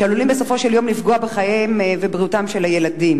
שעלולים בסופו של יום לפגוע בחייהם ובבריאותם של הילדים.